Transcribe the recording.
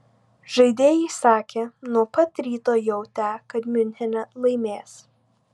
žaidėjai sakė nuo pat ryto jautę kad miunchene laimės